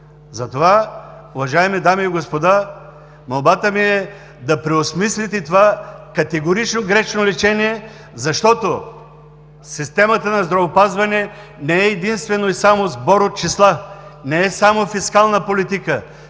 Затова, уважаеми дами и господа, молбата ми е да преосмислите това категорично грешно решение, защото системата на здравеопазване не е единствено и само сбор от числа, не е само фискална политика.